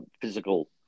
physical